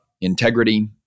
integrity